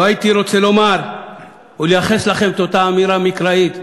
לא הייתי רוצה לומר ולייחס לכם את אותה אמירה מקראית: